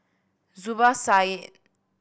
Zubir Said